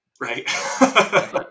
right